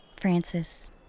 Francis